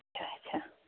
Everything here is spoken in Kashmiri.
اَچھا اَچھا